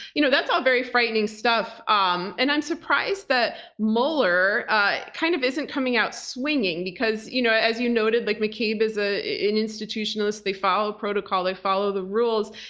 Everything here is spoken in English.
you know that's all very frightening stuff, um and i'm surprised that mueller ah kind of isn't coming out swinging, because you know as you noted, like mccabe is ah an institutionalist, they follow protocol, they follow the rules.